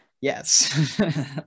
Yes